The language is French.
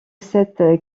cette